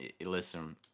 Listen